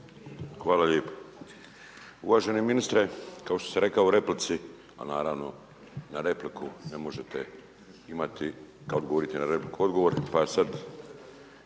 Hvala lijepo. Uvaženi ministre, kao što sam rekao u replici, a naravno, na repliku ne možete imati, kada odgovore na repliku odgovor.